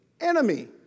enemy